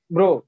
Bro